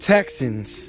Texans